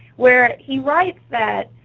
where he writes that,